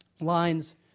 lines